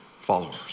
followers